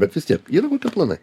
bet vis tiek yra tie planai